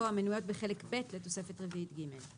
"המנויות בחלק ב' לתוספת רביעית ג'";